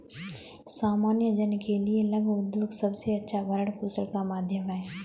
सामान्य जन के लिये लघु उद्योग सबसे अच्छा भरण पोषण का माध्यम है